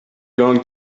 going